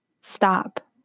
Stop